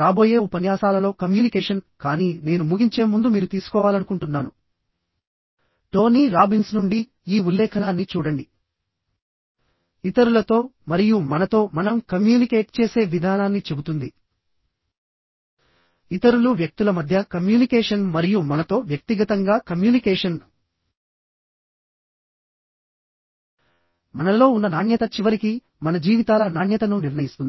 రాబోయే ఉపన్యాసాలలో కమ్యూనికేషన్ కానీ నేను ముగించే ముందు మీరు తీసుకోవాలనుకుంటున్నాను టోనీ రాబిన్స్ నుండి ఈ ఉల్లేఖనాన్ని చూడండి ఇతరులతో మరియు మనతో మనం కమ్యూనికేట్ చేసే విధానాన్ని చెబుతుంది ఇతరులు వ్యక్తుల మధ్య కమ్యూనికేషన్ మరియు మనతో వ్యక్తిగతంగా కమ్యూనికేషన్ మనలో ఉన్న నాణ్యత చివరికి మన జీవితాల నాణ్యతను నిర్ణయిస్తుంది